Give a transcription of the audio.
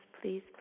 please